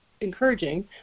encouraging